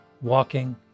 walking